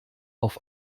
auf